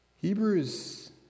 Hebrews